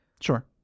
Sure